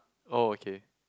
oh okay